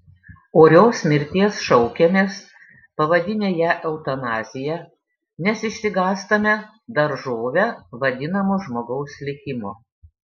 orios mirties šaukiamės pavadinę ją eutanazija nes išsigąstame daržove vadinamo žmogaus likimo